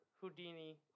Houdini